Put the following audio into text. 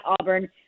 Auburn